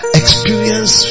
experience